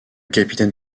capitaine